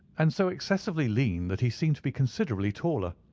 and so excessively lean that he seemed to be considerably taller.